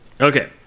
Okay